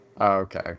Okay